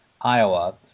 Iowa